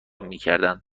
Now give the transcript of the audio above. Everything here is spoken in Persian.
میکردند